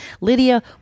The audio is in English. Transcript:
Lydia